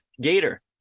Gator